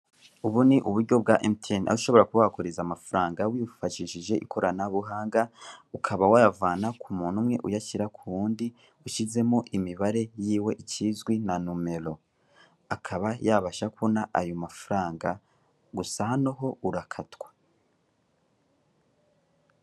Ubu ni uburyo bwa MTN aho ushobora kuba wakohereza amafaranga wifashishije ikoranabuhanga, ukaba wayavana ku muntu umwe uyashyira ku wundi, ushyizemo imibare ikizwi nka nomero; akaba yabasha kubona amafaranga, gusa hano ho urakatwa.